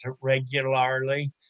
regularly